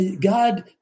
God